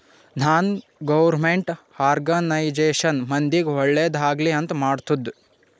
ನಾನ್ government organisation ಮಂದಿಗ್ ಒಳ್ಳೇದ್ ಆಗ್ಲಿ ಅಂತ್ ಮಾಡ್ತುದ್